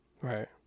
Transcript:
Right